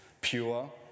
pure